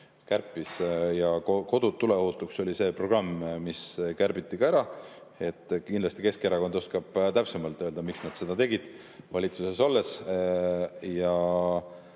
kärpis, ja "Kodud tuleohutuks" oli see programm, mis kärbiti ka ära. Kindlasti Keskerakond oskab täpsemalt öelda, miks nad seda valitsuses olles